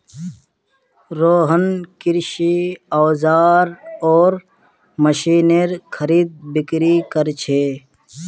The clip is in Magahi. रोहन कृषि औजार आर मशीनेर खरीदबिक्री कर छे